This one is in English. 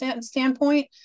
standpoint